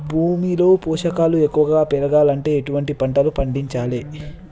భూమిలో పోషకాలు ఎక్కువగా పెరగాలంటే ఎటువంటి పంటలు పండించాలే?